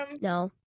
No